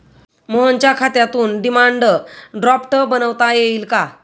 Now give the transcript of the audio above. मोहनच्या खात्यातून demand draft बनवता येईल का?